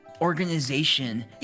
organization